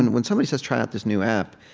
and when somebody says, try out this new app,